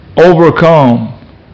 overcome